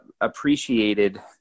appreciated